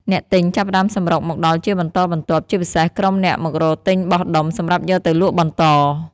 អ្នកទិញចាប់ផ្ដើមសម្រុកមកដល់ជាបន្តបន្ទាប់ ជាពិសេសក្រុមអ្នកមករកទិញបោះដុំសម្រាប់យកទៅលក់បន្ត។